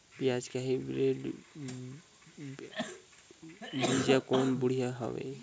पियाज के हाईब्रिड बीजा कौन बढ़िया हवय?